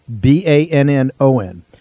B-A-N-N-O-N